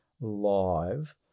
live